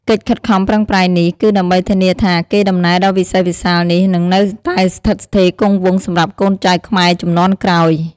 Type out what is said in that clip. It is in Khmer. កិច្ចខិតខំប្រឹងប្រែងនេះ គឺដើម្បីធានាថា កេរដំណែលដ៏វិសេសវិសាលនេះនឹងនៅតែស្ថិតស្ថេរគង់វង្សសម្រាប់កូនចៅខ្មែរជំនាន់ក្រោយ។